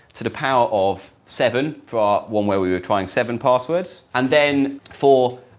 to the power of seven, for ah when when we were trying seven passwords and then for,